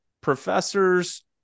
professors